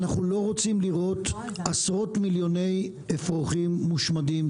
אנחנו לא רוצים לראות עשרות מיליוני אפרוחים מושמדים.